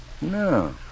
No